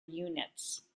units